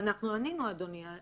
ענינו, אדוני.